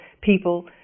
People